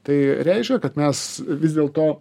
tai reiškia kad mes vis dėl to